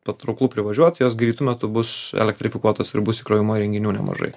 patrauklu privažiuot jos greitu metu bus elektrifikuotos ir bus įkrovimo įrenginių nemažai